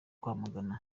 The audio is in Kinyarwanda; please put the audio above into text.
kwamagana